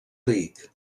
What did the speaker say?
ric